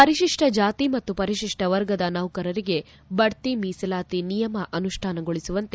ಪರಿಶಿಷ್ಷ ಜಾತಿ ಮತ್ತು ಪರಿಶಿಷ್ಷ ವರ್ಗದ ನೌಕರರಿಗೆ ಬಡ್ಡಿ ಮೀಸಲಾತಿ ನಿಯಮ ಅನುಷ್ನಾನಗೊಳಿಸುವಂತೆ